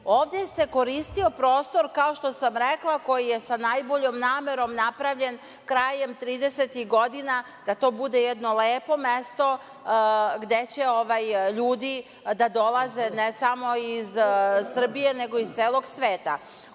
ovde se koristio prostor, kao što sam rekla, koji je sa najboljom namerom napravljen krajem 30-ih godina, da to bude jedno lepo mesto gde će ljudi da dolaze ne samo iz Srbije, nego iz celog sveta.U